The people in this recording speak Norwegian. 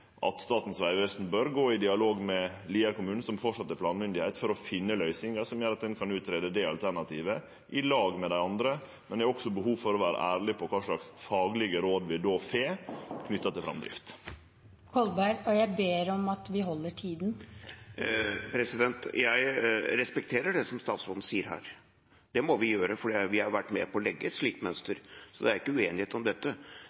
at Statens vegvesen bør gå i dialog med Lier kommune, som framleis er planmyndigheit, for å finne løysingar som gjer at ein kan greie ut det alternativet i lag med dei andre. Men eg har også behov for å vere ærleg på kva slags faglege råd vi då får knytt til framdrift. Jeg respekterer det som statsråden sier her. Det må vi gjøre, for vi har vært med på å legge et slikt mønster, så det er ikke uenighet om dette.